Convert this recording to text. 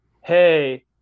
hey